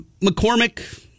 McCormick